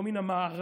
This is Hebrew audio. לא מן המערב,